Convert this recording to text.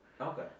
Okay